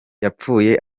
yapfuye